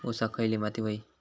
ऊसाक खयली माती व्हयी?